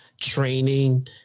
training